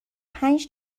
پنج